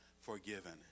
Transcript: forgiven